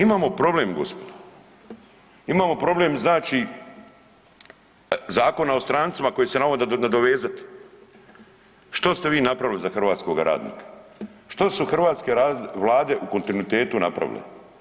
Imamo problem gospodo, imamo problem znači Zakona o strancima koji će se na ovo nadovezat, što ste vi napravili za hrvatskoga radnika, što su hrvatske vlade u kontinuitetu napravile?